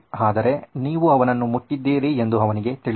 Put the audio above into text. ಆದರೆ ನೀವು ಅವನನ್ನು ಮುಟ್ಟಿದ್ದೀರಿ ಎಂದು ಅವನಿಗೆ ತಿಳಿದಿಲ್ಲ